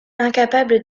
incapable